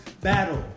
battle